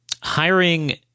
Hiring